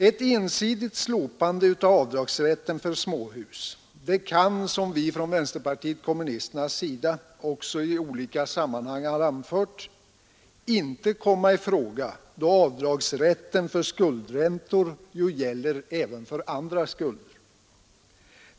Ett ensidigt slopande av avdragsrätten för småhus kan, som vi från vänsterpartiet kommunisternas sida också i olika sammanhang har anfört, inte komma i fråga, då avdragsrätten för skuldräntor ju gäller även för andra skulder.